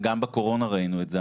וגם בקורונה ראינו את זה,